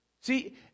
See